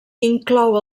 inclou